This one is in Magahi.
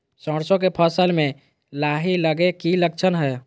सरसों के फसल में लाही लगे कि लक्षण हय?